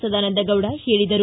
ಸದಾನಂದಗೌಡ ಹೇಳಿದರು